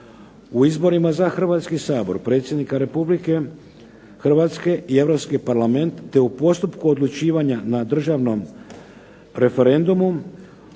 U izborima za Hrvatski sabor, Predsjednika Republike Hrvatske i Europski parlament te u postupku odlučivanja na državnom referendumu